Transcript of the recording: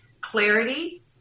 Clarity